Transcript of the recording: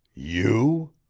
you?